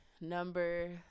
number